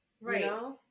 Right